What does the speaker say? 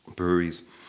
breweries